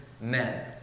men